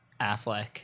Affleck